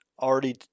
already